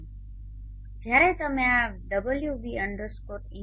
તેથી જ્યારે તમે આ wv india